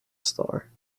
star